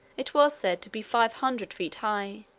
it was said to be five hundred feet high.